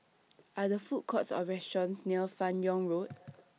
Are There Food Courts Or restaurants near fan Yoong Road